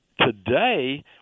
Today